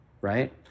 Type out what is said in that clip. right